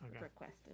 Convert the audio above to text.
requested